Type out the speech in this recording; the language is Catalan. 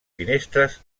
finestres